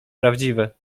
prawdziwe